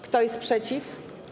Kto jest przeciw?